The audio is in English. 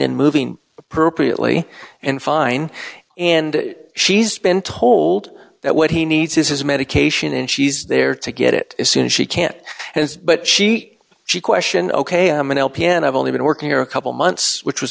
and moving appropriately and fine and she's been told that what he needs is his medication and she's there to get it as soon as she can't but cheat question ok i'm an lpn i've only been working a couple months which was